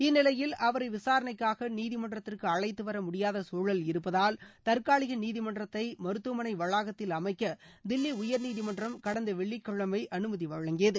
இந்நிலையில் அவரை விசாரணைக்காக நீதிமன்றத்திற்கு அழழத்துவர முடியாத சூழல் இருப்பதால் நீதிமன்றத்தை மருத்துவமனை வளாகத்தில் அமைக்க தில்லி உயர்நீதிமன்றம் தற்காலிக கடந்த வெள்ளிக்கிழமை அனுமதி வழங்கியது